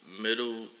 middle